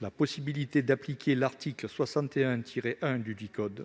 la possibilité d'appliquer l'article 61-1 dudit code,